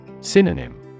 Synonym